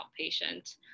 outpatient